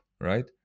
right